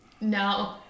no